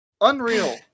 Unreal